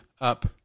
up